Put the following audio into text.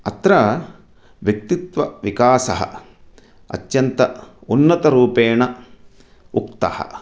अत्र व्यक्तित्त्वविकासः अत्यन्तम् उन्नतरूपेण उक्तः